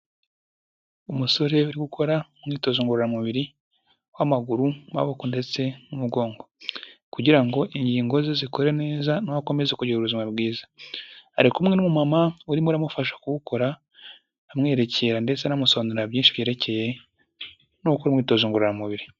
Umusore uri gukora umwitozo ngororamubiri w'amaguru, uw'amaboko ndetse n'ugongo, kugira ngo ingingo ze zikore neza nawe akomeza kugira ubuzima bwiza. Ari kumwe n'umu mama urimo uramufasha kuwukora amwerekera ndetse anamusobanurira byinshi byerekeye no gukora imyitozo ngororamubiri.